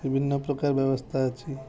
ବିଭିନ୍ନ ପ୍ରକାର ବ୍ୟବସ୍ଥା ଅଛି